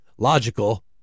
Logical